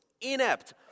inept